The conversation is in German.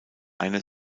einer